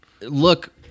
Look